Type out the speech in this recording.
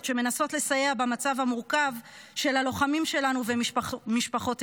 שמנסות לסייע במצב המורכב של הלוחמים שלנו ומשפחותיהם,